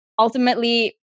Ultimately